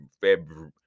February